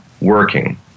working